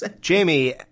Jamie